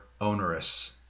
onerous